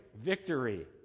victory